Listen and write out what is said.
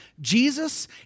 Jesus